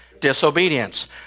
Disobedience